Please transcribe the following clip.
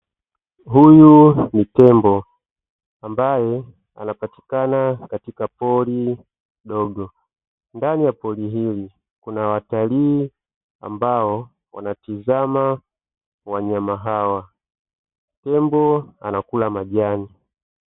Huyu ni tembo ambaye anapatikana katika pori dogo, ndani ya pori hili kuna watalii ambao wanatizama wanyama hawa, tembo anakula majani.